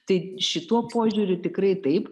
tai šituo požiūriu tikrai taip